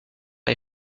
les